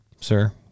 sir